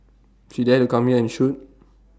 she dare to come here and shoot